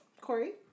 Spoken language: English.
Corey